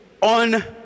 on